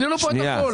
שינינו פה את הכול.